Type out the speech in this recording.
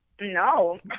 No